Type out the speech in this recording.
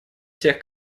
всех